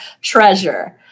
treasure